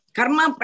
Karma